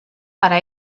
para